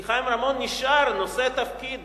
כי חיים רמון נשאר נושא תפקיד,